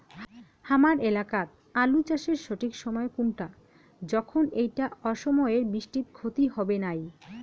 হামার এলাকাত আলু চাষের সঠিক সময় কুনটা যখন এইটা অসময়ের বৃষ্টিত ক্ষতি হবে নাই?